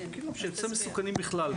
אנחנו מגבילים בפקודת הסמים המסוכנים עוזרי